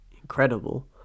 incredible